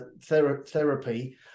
therapy